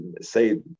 say